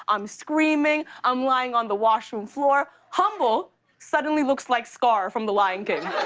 i'm screaming. i'm lying on the washroom floor. humble suddenly looks like scar from the lion king.